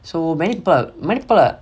so many people are many people are